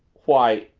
why,